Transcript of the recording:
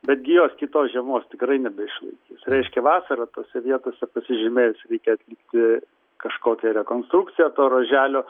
betgi jos kitos žiemos tikrai nebeišlaikys reiškia vasarą tose vietose pasižymėjus reikia atlikti kažkokią rekonstrukciją to ruoželio